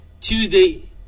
Tuesday